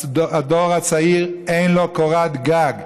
הדור הצעיר, אין לו קורת גג.